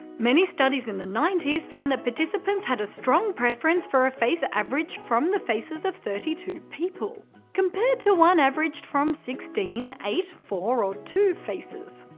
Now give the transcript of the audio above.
many studies in the ninety s found that participants had a strong preference for a face averaged from the faces of thirty two people compared to one averaged from sixteen, eight, four or two faces.